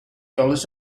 dollars